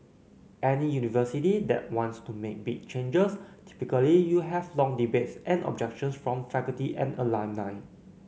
any university that wants to make big changes typically you have long debates and objections from faculty and alumni